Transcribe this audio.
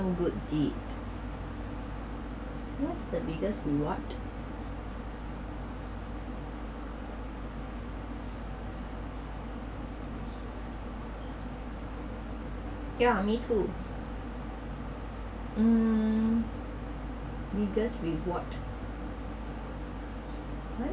~some good deed what's the biggest reward yeah me too mm biggest reward what